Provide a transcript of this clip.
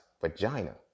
vagina